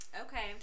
Okay